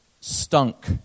stunk